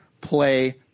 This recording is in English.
Play